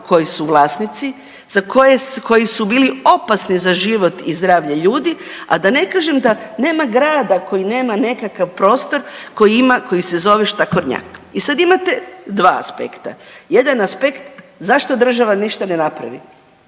koji su vlasnici, koji su bili opasni za život i zdravlje ljudi, a da ne kažem da nema grada koji nema nekakav prostor koji ima, koji se zove štakornjak. I sad imate dva aspekta, jedan aspekt zašto država ništa ne napravi,